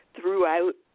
throughout